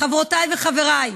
חברותיי וחבריי,